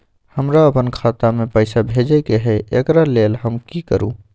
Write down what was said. हमरा अपन खाता में पैसा भेजय के है, एकरा लेल हम की करू?